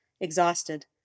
exhausted